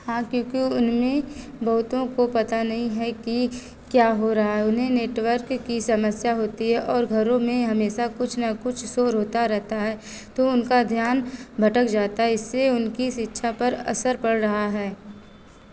हाँ क्योंकि उनमें बहुतों को पता ही नहीं है कि क्या हो रहा है उन्हें नेटवर्क की समस्या होती है और घरों में हमेशा कुछ न कुछ शोर होता रहता है तो उनका ध्यान भटक जाता है इससे उनकी शिक्षा पर असर पड़ रहा है